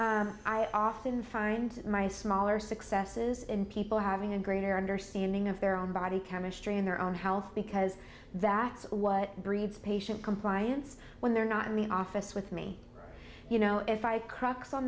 story i often find my smaller successes in people having a greater understanding of their own body chemistry in their own health because that's what breeds patient compliance when they're not me office with me you know if i crux on